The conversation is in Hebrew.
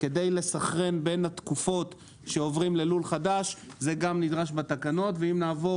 כדי לסנכרן בין התקופות שעוברים ללול חדש זה גם נדרש בתקנות ואם נעבור